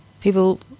people